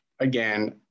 Again